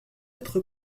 être